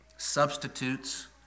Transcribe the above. substitutes